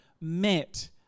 met